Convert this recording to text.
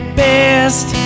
best